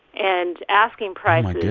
and asking prices.